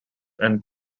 and